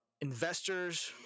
investors